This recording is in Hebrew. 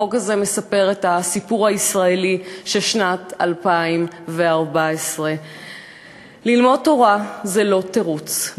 החוק הזה מספר את הסיפור הישראלי של שנת 2014. ללמוד תורה זה לא תירוץ.